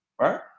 Right